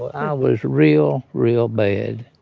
i was real, real bad.